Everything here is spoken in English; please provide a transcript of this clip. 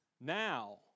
Now